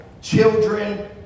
children